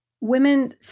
Women